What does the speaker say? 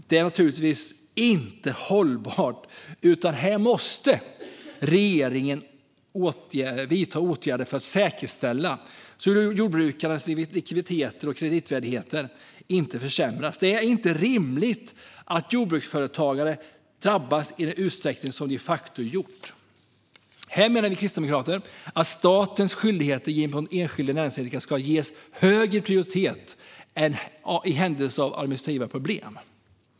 Det är naturligtvis inte hållbart, utan här måste regeringen vidta åtgärder för att säkerställa att jordbrukarnas likviditet och kreditvärdighet inte försämras. Det är inte rimligt att jordbruksföretagare drabbas i den utsträckning som de de facto har gjort. Vi kristdemokrater menar att statens skyldigheter gentemot enskilda näringsidkare ska ges högre prioritet i händelse av administrativa problem.